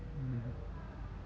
mm